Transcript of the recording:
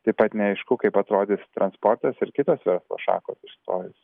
taip pat neaišku kaip atrodys transportas ir kitos verslo šakos išstojus